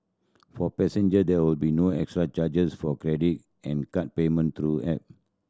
for passenger there will be no extra charges for credit and card payment through app